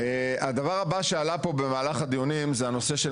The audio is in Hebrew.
הדבר הבא שעלה פה במהלך הדיונים זה הנושא של